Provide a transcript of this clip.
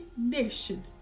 nation